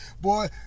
Boy